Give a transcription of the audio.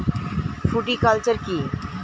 Fruticulture কী?